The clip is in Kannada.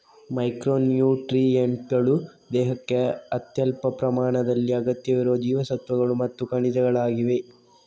ಮೈಕ್ರೊ ನ್ಯೂಟ್ರಿಯೆಂಟುಗಳು ದೇಹಕ್ಕೆ ಅತ್ಯಲ್ಪ ಪ್ರಮಾಣದಲ್ಲಿ ಅಗತ್ಯವಿರುವ ಜೀವಸತ್ವಗಳು ಮತ್ತು ಖನಿಜಗಳಾಗಿವೆ